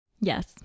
yes